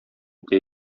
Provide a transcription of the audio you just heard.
итә